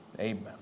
Amen